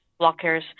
blockers